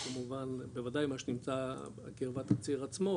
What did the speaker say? כמובן בוודאי מה שנמצא בקרבת הציר עצמו.